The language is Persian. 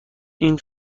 این